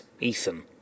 Ethan